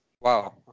Wow